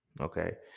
Okay